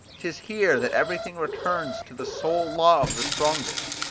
tis here that everything returns to the sole law of the strongest,